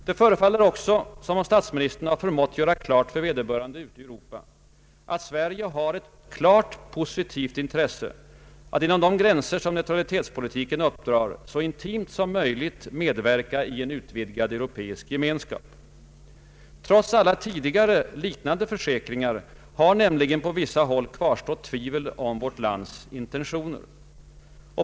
Det förefaller också som om statsministern har förmått göra klart för vederbörande ute i Europa, att Sverige har ett klart positivt intresse att inom de gränser som neutralitetspolitiken uppdrar så intimt som möjligt medverka i en utvidgad europeisk gemenskap. Trots alla tidigare liknande försäkringar har på vissa håll kvarstått tvivel om vårt lands intentioner.